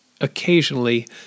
occasionally